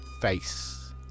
face